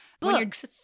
Books